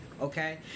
Okay